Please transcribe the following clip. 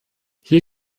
hier